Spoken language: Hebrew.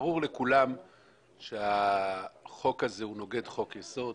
ברור לכולם שהחוק הזה נוגד את חוק יסוד: